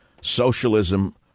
socialism